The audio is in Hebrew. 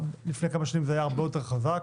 לפני כמה שנים זה היה הרבה יותר חזק.